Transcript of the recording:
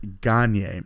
Gagne